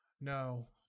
No